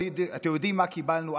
אתם יודעים מה קיבלנו?